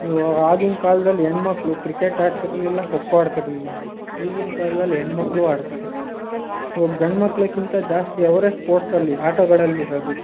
ನೀವು ಆಗಿನ ಕಾಲ್ದಲ್ಲಿ ಹೆಣ್ಮಕ್ಳು ಕ್ರಿಕೆಟ್ ಆಡ್ತಿರಲಿಲ್ಲ ಖೊ ಖೋ ಆಡ್ತಿರಲಿಲ್ಲ ಈಗಿನ ಕಾಲ್ದಲ್ಲಿ ಹೆಣ್ಣುಮಕ್ಳೂ ಆಡ್ತಾರೆ ಇವಾಗ ಗಂಡು ಮಕ್ಳಿಗಿಂತ ಜಾಸ್ತಿ ಅವರೇ ಸ್ಪೋರ್ಟ್ಸಲ್ಲಿ ಆಟಗಳಲ್ಲಿರೋದು